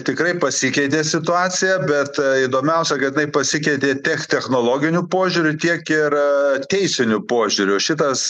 tikrai pasikeitė situacija bet įdomiausia kad jinai pasikeitė tiek technologiniu požiūriu tiek ir teisiniu požiūriu šitas